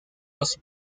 los